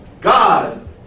God